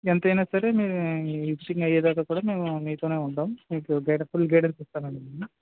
ఎంతైనా సరే మీరు విజిటింగ్ అయ్యే దాకా కూడా మేము మీతోనే ఉంటాం మీకు గైడ ఫుల్ గైడెన్స్ ఇస్తానండి మ